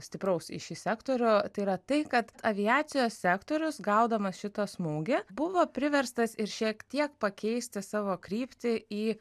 stipraus į šį sektorių tai yra tai kad aviacijos sektorius gaudamas šitą smūgį buvo priverstas ir šiek tiek pakeisti savo kryptį į